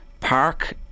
park